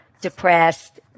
depressed